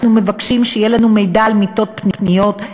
אנחנו מבקשים שיהיה לנו מידע על מיטות פנויות,